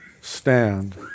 stand